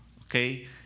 Okay